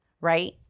Right